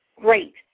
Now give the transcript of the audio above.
great